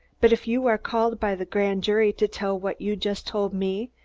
but if you are called by the grand jury to tell what you just told me,